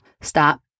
Stop